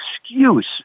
excuse